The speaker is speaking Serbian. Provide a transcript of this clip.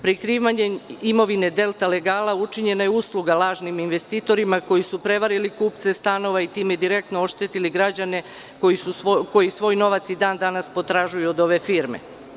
Prikrivanjem imovine „Delta legala“ učinjena je usluga lažnim investitorima koji su prevarili kupce stanova i time direktno oštetili građane koji svoj novac i dan danas potražuju od ove firme.